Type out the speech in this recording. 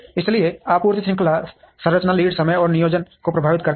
इसलिए आपूर्ति श्रृंखला संरचना लीड समय और नियोजन को प्रभावित करती है